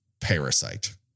Parasite